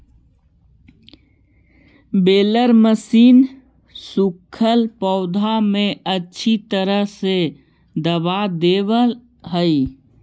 baler machine सूखल पौधा के अच्छी तरह से दबा देवऽ हई